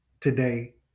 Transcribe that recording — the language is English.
Today